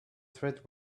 threat